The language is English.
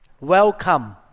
welcome